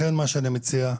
לכן מה שאני מציע,